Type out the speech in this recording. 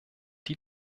die